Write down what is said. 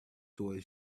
toy